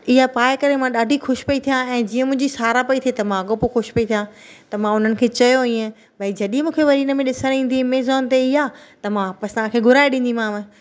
इहा पाए करे मां ॾाढी ख़ुशि पई थियां ऐं जीअं मुंहिंजी सारा पई थिए त मां अॻो पोइ ख़ुशि पई थिया त मां हुननि खे चयो ईअं भाई जॾहिं मूंखे वरी इन में ॾिसण में ईंदी ऐमेज़ॉन ते इहा त मां तव्हांखे घुराए ॾींदीमांव